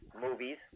movies